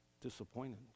disappointed